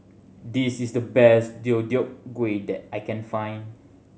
this is the best Deodeok Gui that I can find